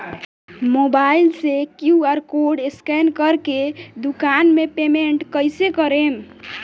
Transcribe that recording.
Mobile से QR code scan कर के दुकान मे पेमेंट कईसे करेम?